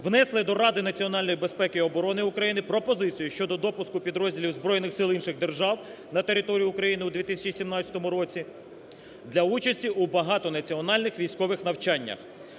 внесли до Ради національної безпеки і оборони України пропозицію щодо допуску підрозділів збройних сил інших держав на територію України у 2017 році для участі у багатонаціональних військових навчаннях.